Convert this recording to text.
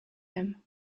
him